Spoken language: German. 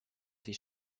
sie